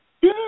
Good